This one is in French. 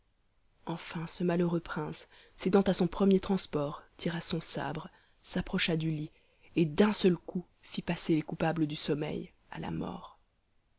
enfin ce malheureux prince cédant à son premier transport tira son sabre s'approcha du lit et d'un seul coup fit passer les coupables du sommeil à la mort